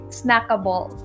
snackable